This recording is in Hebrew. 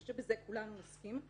אני חושבת שלזה כולנו נסכים.